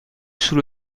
sous